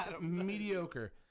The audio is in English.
mediocre